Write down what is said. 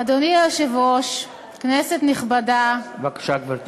אדוני היושב-ראש, כנסת נכבדה, בבקשה, גברתי.